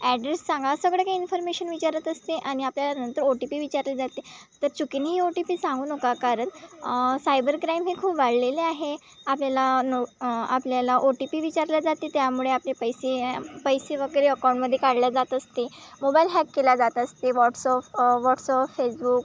address सांगा सगळं काही इन्फॉर्मेशन विचारत असते आणि आपल्याला नंतर ओ टी पी विचारले जाते तर चुकूनही ओ टी पी सांगू नका कारण सायबर क्राईम हे खूप वाढलेले आहे आपल्याला नो आपल्याला ओ टी पी विचारले जाते त्यामुळे आपले पैसे पैसे वगैरे अकाऊंटमध्ये काढले जात असते मोबाईल हॅक केले जात असते व्हॉट्सऑफ व्हॉट्सऑफ फेसबुक